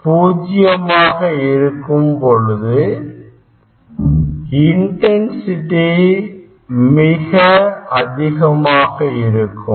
∅ பூஜ்ஜியமாக இருக்கும் பொழுது இன்டன்சிடி மிக அதிகமாக இருக்கும்